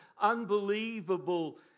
unbelievable